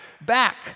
back